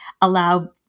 allow